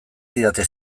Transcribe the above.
didate